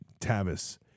Tavis